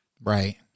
Right